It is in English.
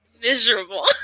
miserable